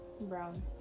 brown